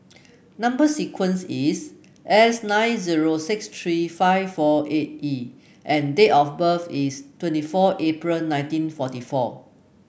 number sequence is S nine zero six three five four eight E and date of birth is twenty four April nineteen forty four